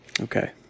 Okay